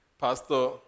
Pastor